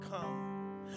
come